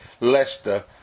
Leicester